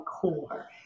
core